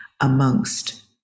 amongst